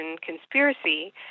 conspiracy